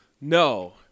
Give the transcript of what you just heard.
No